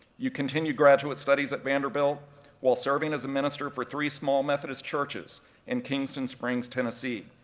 you continued graduate studies at vanderbilt while serving as a minister for three small methodist churches in kingston springs, tennessee,